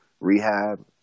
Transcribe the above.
rehab